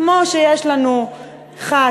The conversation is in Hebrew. כמו שיש לנו 1,